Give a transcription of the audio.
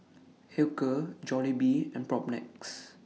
Hilker Jollibee and Propnex